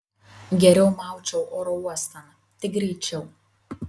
geriau maučiau oro uostan tik greičiau